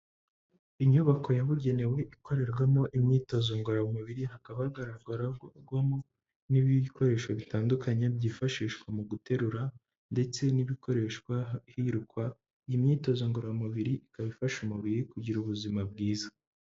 Inyubako yabugenewe ikorerwamo imyitozo ngororamubiri, hakaba hagaragara ibikorerwamo n'ibindikoresho bitandukanye byifashishwa mu guterura ndetse n'ibikoreshwa hirukwa, iyi myitozo ngororamubiri ikaba ifasha umubiri kugira ubuzima bwiza.